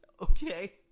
Okay